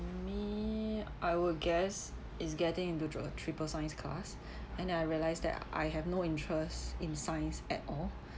me I will guess is getting into dro~ triple science class and I realised that I have no interest in science at all